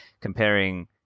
comparing